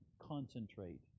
concentrate